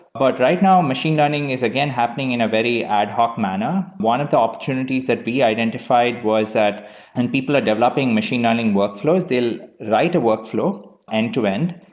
but right now, machine learning is again happening in a very ad hoc manner. one of the opportunities that we identified was that and people are developing machine learning workflows. they'll write a workflow end-to-end.